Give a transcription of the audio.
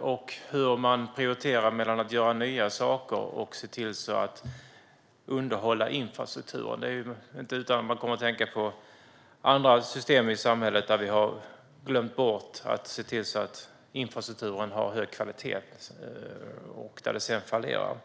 och hur man prioriterar mellan att göra nya saker och att se till att underhålla infrastrukturen. Det är inte utan att man kommer att tänka på andra system i samhället där vi har glömt bort att se till att infrastrukturen har hög kvalitet och där det sedan fallerar.